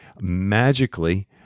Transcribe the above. magically